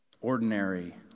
ordinary